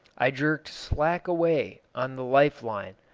i jerked slack away on the life-line,